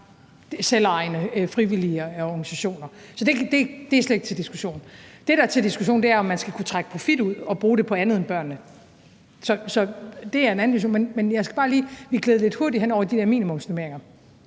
selvejende frivillige organisationer. Så det er slet ikke til diskussion. Det, der er til diskussion, er, om man skal kunne trække profit ud og bruge den på andet end børnene. Så det er en anden diskussion. Men jeg skal bare lige spørge, for vi gled lidt hurtigt hen over de der minimumsnormeringer: